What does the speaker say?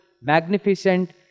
magnificent